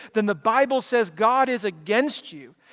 then the bible says god is against you.